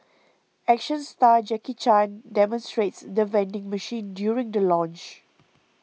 action star Jackie Chan demonstrates the vending machine during the launch